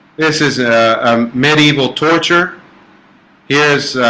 this is a medieval torture is